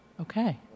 Okay